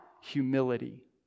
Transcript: humility